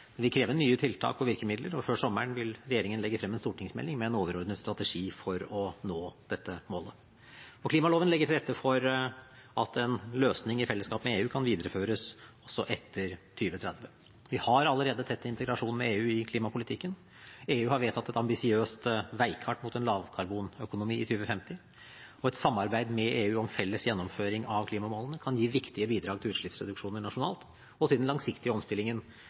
Det vil kreve nye tiltak og virkemidler, og før sommeren vil regjeringen legge frem en stortingsmelding med en overordnet strategi for å nå dette målet. Klimaloven legger til rette for at en løsning i fellesskap med EU kan videreføres også etter 2030. Vi har allerede tett integrasjon med EU i klimapolitikken. EU har vedtatt et ambisiøst veikart mot en lavkarbonøkonomi i 2050, og et samarbeid med EU om felles gjennomføring av klimamålene kan gi viktige bidrag til utslippsreduksjoner nasjonalt og til den langsiktige omstillingen